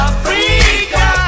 Africa